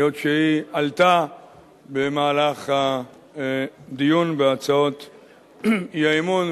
היות שהיא עלתה במהלך הדיון בהצעות האי-אמון.